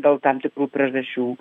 dėl tam tikrų priežasčių